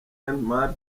mark